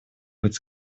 быть